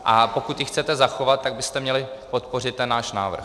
A pokud ji chcete zachovat, tak byste měli podpořit ten náš návrh.